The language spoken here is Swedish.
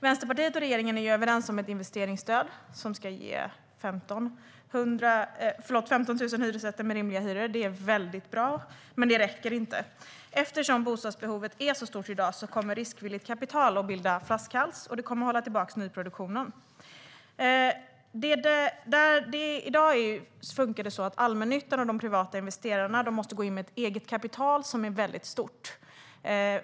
Vänsterpartiet och regeringen är överens om ett investeringsstöd som ska ge 15 000 hyresrätter med rimliga hyror. Det är väldigt bra, men det räcker inte. Eftersom bostadsbehovet är så stort i dag kommer riskvilligt kapital att bilda flaskhals, och det kommer att hålla tillbaka nyproduktionen. I dag funkar det så att allmännyttan och de privata investerarna måste gå in med ett eget kapital som är väldigt stort.